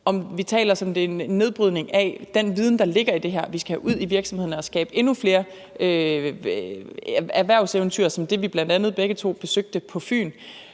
eller om vi taler nedbrydning af den viden, der ligger i det her, og som vi skal have ud til virksomhederne for at skabe flere erhvervseventyr, som det vi bl.a. begge to besøgte på Fyn